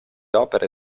opere